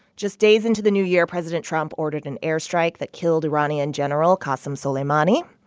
just days into the new year, president trump ordered an airstrike that killed iranian general qassem soleimani.